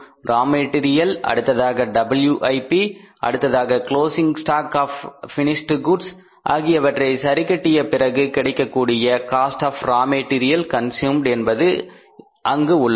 ரா material அடுத்ததாக WIP அடுத்ததாக closing stock of finished goods ஆகியவற்றை சரி கட்டிய பிறகு கிடைக்கக்கூடிய cost of raw material consumed என்பது அங்கு உள்ளது